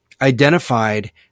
identified